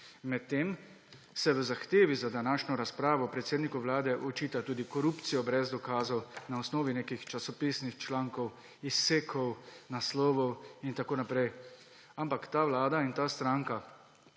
Medtem se v zahtevi za današnjo razpravo predsedniku Vlade očita tudi korupcijo brez dokazov, na osnovi nekih časopisnih člankov, izsekov, naslovov in tako naprej. Ampak ta vlada in ta stranka,